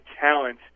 talent